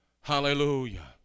Hallelujah